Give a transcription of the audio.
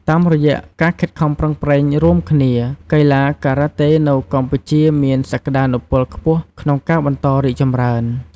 តាមរយៈការខិតខំប្រឹងប្រែងរួមគ្នា កីឡាការ៉ាតេនៅកម្ពុជាមានសក្ដានុពលខ្ពស់ក្នុងការបន្តរីកចម្រើន។